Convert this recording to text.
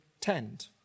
tend